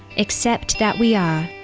except that we are,